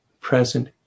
present